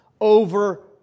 over